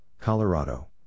Colorado